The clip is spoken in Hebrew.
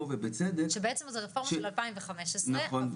ובצדק --- שבעצם זו רפורמה של 2015. נכון.